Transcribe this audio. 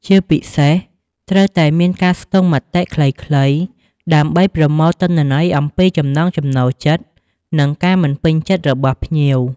ជាពិសេសត្រូវតែមានការស្ទង់មតិខ្លីៗដើម្បីប្រមូលទិន្នន័យអំពីចំណង់ចំណូលចិត្ត និងការមិនពេញចិត្តរបស់ភ្ញៀវ។